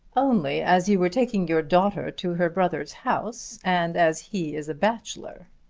only as you were taking your daughter to her brother's house, and as he is a bachelor.